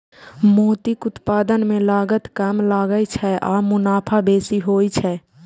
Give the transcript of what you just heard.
मोतीक उत्पादन मे लागत कम लागै छै आ मुनाफा बेसी होइ छै